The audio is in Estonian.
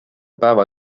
päeva